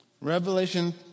Revelation